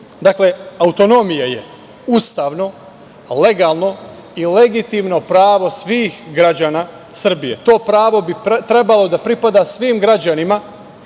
autonomija je ustavno, legalno i legitimno pravo svih građana Srbije. To pravo bi trebalo da pripada svim građanima,